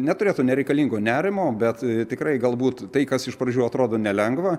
neturėtų nereikalingo nerimo bet tikrai galbūt tai kas iš pradžių atrodo nelengva